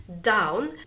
down